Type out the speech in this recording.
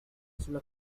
sulla